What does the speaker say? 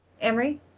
Amory